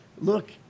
look